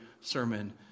sermon